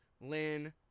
Lynn